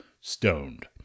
stoned